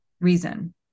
reason